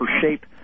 Shape